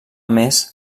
més